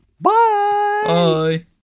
Bye